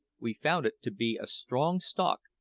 we found it to be a strong stalk,